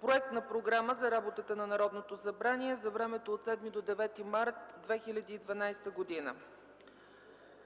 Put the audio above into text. Проект на програма за работата на Народното събрание 7-9 март 2012 г.: 1.